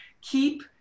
keep